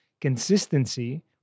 consistency